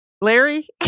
Larry